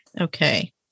Okay